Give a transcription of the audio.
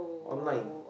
online